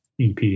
ep